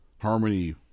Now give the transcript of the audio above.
harmony